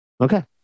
Okay